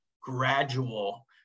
gradual